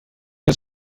has